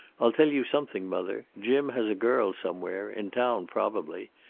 i'll tell you something, mother. jim has a girl somewhere, in town probably.